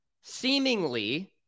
seemingly